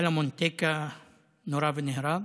סלומון טקה נורה ונהרג,